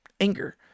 anger